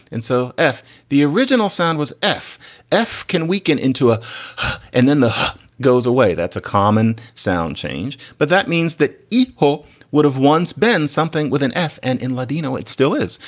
and so f the original sound was f f can weaken into a and then the goes away. that's a common sound change. but that means that ekho would have once been something with an f and in ladino it still is.